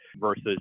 versus